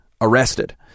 arrested